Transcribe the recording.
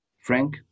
frank